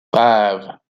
five